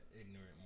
ignorant